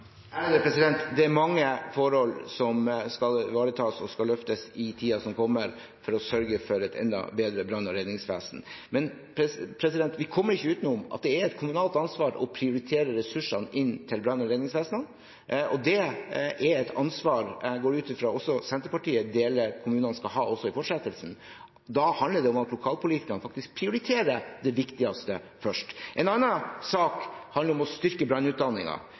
Det er mange forhold som skal ivaretas og løftes i tiden som kommer, for å sørge for et enda bedre brann- og redningsvesen. Men vi kommer ikke utenom at det er et kommunalt ansvar å prioritere ressursene inn til brann- og redningsvesenet, og det er et ansvar som jeg går ut fra også Senterpartiet deler at kommunene skal ha også i fortsettelsen. Da handler det om at lokalpolitikerne faktisk prioriterer det viktigste først. En annen sak handler om å styrke